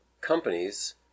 companies